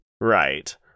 Right